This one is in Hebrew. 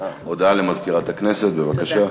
הודעה למזכירת הכנסת, בבקשה.